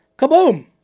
kaboom